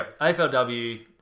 AFLW